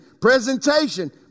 presentation